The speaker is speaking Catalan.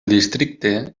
districte